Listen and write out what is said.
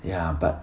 ya but